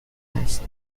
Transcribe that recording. است